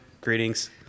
greetings